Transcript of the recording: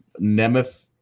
Nemeth